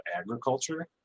agriculture